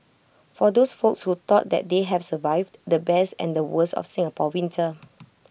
for those folks who thought that they have survived the best and the worst of Singapore winter